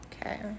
Okay